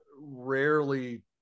rarely